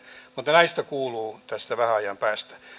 näistä kuuluu vähän ajan päästä